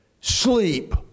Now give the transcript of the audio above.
sleep